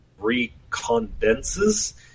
recondenses